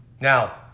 Now